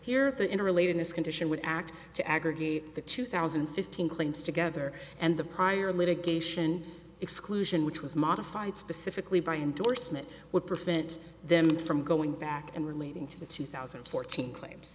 here the interrelatedness condition would act to aggregate the two thousand and fifteen claims together and the prior litigation exclusion which was modified specifically by indorsement would prevent them from going back and relating to the two thousand and fourteen claims